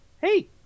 hey